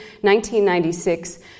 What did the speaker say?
1996